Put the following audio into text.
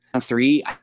three